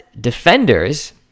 defenders